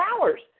hours